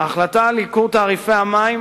ההחלטה על ייקור תעריפי המים,